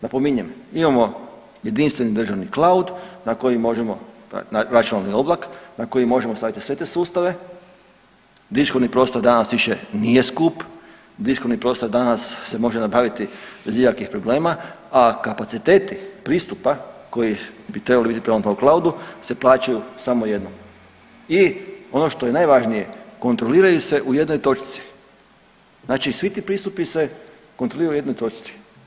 Napominjem, mi imamo jedinstveni državni cloud na koji možemo računalni oblak na koji možemo staviti sve te sustave, diskovni prostor danas više nije skup, diskontni prostor danas se može nabaviti bez ikakvih problema, a kapaciteti pristupa koji bi trebali biti prema cloudu se plaćaju samo jednom i ono što je najvažnije kontroliraju se u jednoj točci, znači svi ti pristupi se kontroliraju u jednoj točci.